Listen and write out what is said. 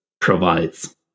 provides